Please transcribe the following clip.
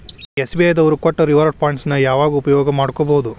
SBI ದವ್ರು ಕೊಟ್ಟ reward points ನ ಯಾವಾಗ ಉಪಯೋಗ ಮಾಡ್ಕೋಬಹುದು?